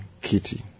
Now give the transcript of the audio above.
kitty